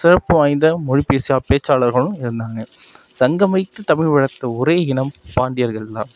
சிறப்பு வாய்ந்த மொழி பேச்சா பேச்சாளர்களும் இருந்தாங்க சங்கம் வைத்து தமிழ் வளர்த்த ஒரே இனம் பாண்டியர்கள் தான்